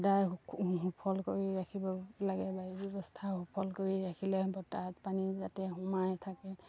সদায় সুফল কৰি ৰাখিব লাগে বায়ুৰ ব্যৱস্থা সুফল কৰি ৰাখিলে বতাহ পানী যাতে সোমাই থাকে